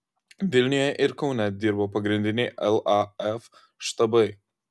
vilniuje ir kaune dirbo pagrindiniai laf štabai